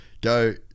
Go